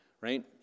right